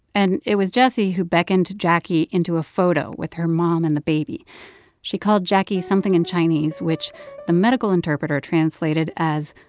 and it was jessie who beckoned jacquie into a photo with her mom and the baby she called jacquie something in chinese, which the medical interpreter translated as,